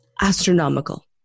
astronomical